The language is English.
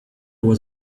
was